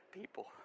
people